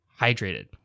hydrated